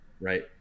right